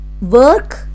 work